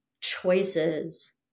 choices